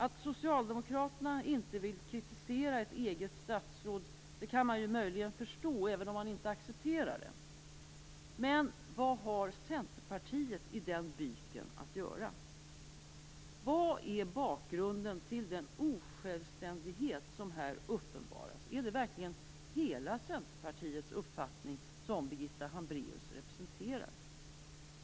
Att socialdemokraterna inte vill kritisera ett eget statsråd kan man ju möjligen förstå, även om man inte accepterar det. Men vad har Centerpartiet i den byken att göra? Vad är bakgrunden till den osjälvständighet som här uppenbarar sig? Är det verkligen hela Centerpartiets uppfattning som Birgitta Hambraeus representerar?